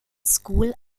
school